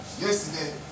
yesterday